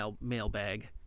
mailbag